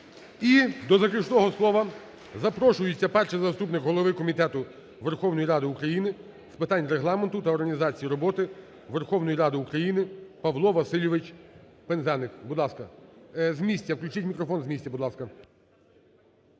І до заключного слова запрошується перший заступник голови Комітету Верховної Ради України з питань Регламенту та організації роботи Верховної Ради України Павло Васильович Пинзеник,